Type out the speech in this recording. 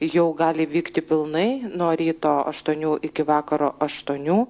jau gali vykti pilnai nuo ryto aštuonių iki vakaro aštuonių